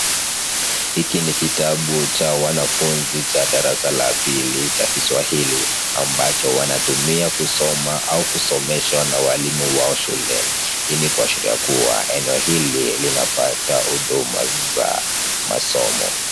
Hiki ni kitabu cha wanafunzi cha darasa la pili, cha kiswahili ambacho wanatumia kusoma au kusomeshwa na walimu wao shuleni. Hii ni kuashiria kuwa eneo hili linapata huduma za masomo.